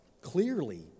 clearly